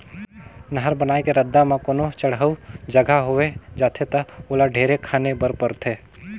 नहर बनाए के रद्दा म कोनो चड़हउ जघा होवे जाथे ता ओला ढेरे खने पर परथे